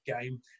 game